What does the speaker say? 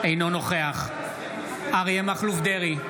אינו נוכח אריה מכלוף דרעי,